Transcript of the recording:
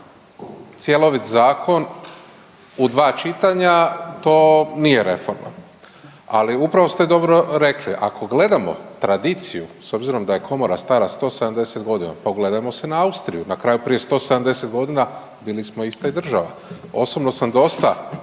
cjelovit zakon u 2 čitanja, to nije reforma. Ali upravo ste dobro rekli, ako gledamo tradiciju s obzirom da je Komora stala 170 godina, pogledajmo se na Austriju, na kraju, prije 170 g. bili smo ista i država. Osobno sam dosta